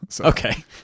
Okay